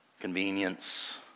convenience